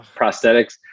prosthetics